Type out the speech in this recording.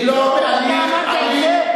אתה אמרת את זה?